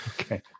Okay